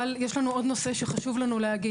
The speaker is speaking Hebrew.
אבל יש לנו עוד נושא שחשוב לנו להגיד.